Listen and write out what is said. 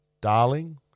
Darling